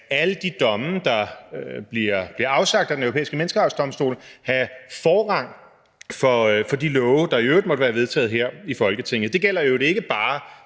alle de domme, der bliver afsagt af Den Europæiske Menneskerettighedsdomstol, have forrang for de love, der i øvrigt måtte være vedtaget her i Folketinget. Det gælder i øvrigt ikke bare